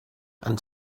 and